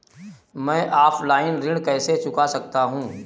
मैं ऑफलाइन ऋण कैसे चुका सकता हूँ?